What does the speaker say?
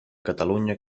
catalunya